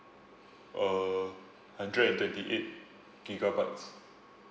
uh hundred and twenty eight gigabytes